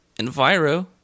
Enviro